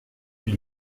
les